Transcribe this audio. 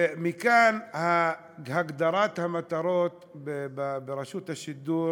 ומכאן שהגדרת המטרות ברשות השידור